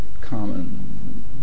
common